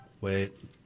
Wait